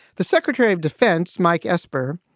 the secretary of defense, mike esper,